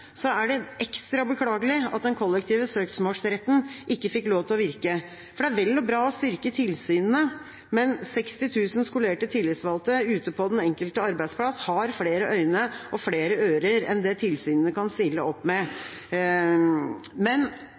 er det ekstra beklagelig at den kollektive søksmålsretten ikke fikk lov til å virke. Det er vel og bra å styrke tilsynene, men 60 000 skolerte tillitsvalgte ute på den enkelte arbeidsplass har flere øyne og flere ører enn det tilsynene kan stille opp med.